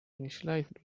initialized